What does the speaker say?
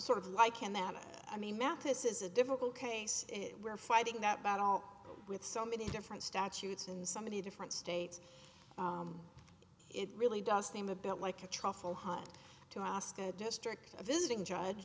sort of liken that i mean mathis is a difficult case it we're fighting that battle with so many different statutes and so many different states it really does seem a bit like a truffle hot to ask a district visiting judge